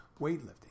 weightlifting